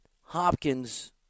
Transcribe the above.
Hopkins